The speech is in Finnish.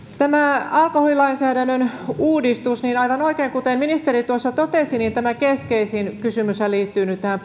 puhemies tämän alkoholilainsäädännön uudistuksen aivan oikein kuten ministeri tuossa totesi keskeisin kysymyshän liittyy nyt tähän